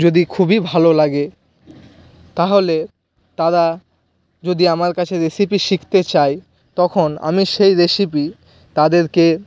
যদি খুবই ভালো লাগে তাহলে তারা যদি আমার কাছে রেসিপি শিখতে চায় তখন আমি সেই রেসিপি তাদেরকে